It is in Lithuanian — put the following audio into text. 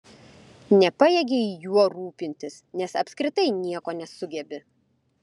nepajėgei juo rūpintis nes apskritai nieko nesugebi